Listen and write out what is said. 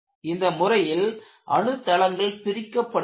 இந்த முறையில் அணு தளங்கள் பிரிக்கப்படுகின்றன